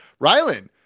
Rylan